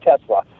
Tesla